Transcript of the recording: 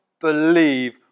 believe